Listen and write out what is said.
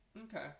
Okay